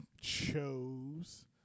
chose